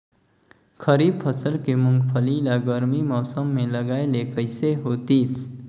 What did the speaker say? खरीफ फसल के मुंगफली ला गरमी मौसम मे लगाय ले कइसे होतिस?